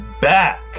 back